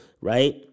right